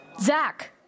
Zach